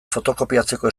fotokopiatzeko